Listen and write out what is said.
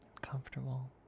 comfortable